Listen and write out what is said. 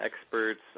experts